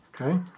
Okay